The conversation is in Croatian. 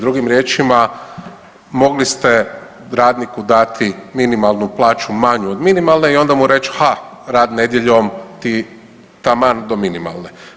Drugim riječima mogli ste radniku dati minimalnu plaću manju od minimalne i onda mu reći ha, rad nedjeljom ti taman do minimalne.